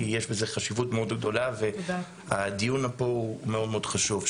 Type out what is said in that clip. כי יש בזה חשיבות מאוד גדולה והדיון פה הוא מאוד חשוב.